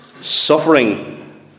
suffering